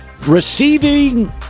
receiving